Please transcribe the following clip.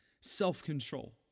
self-control